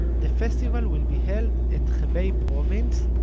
the festival will be held at hebei province,